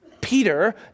Peter